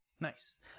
Nice